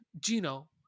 Gino